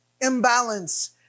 imbalance